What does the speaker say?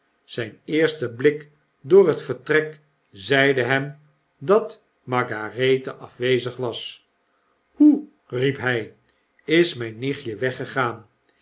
eerste blik door het vertrek zeide hem dat margarethe afwezig was hoe riep hy is my n nichtje weggegaan